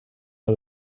how